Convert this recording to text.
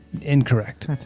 Incorrect